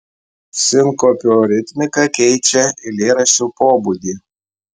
sinkopio ritmika keičia eilėraščio pobūdį